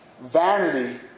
Vanity